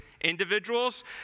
Individuals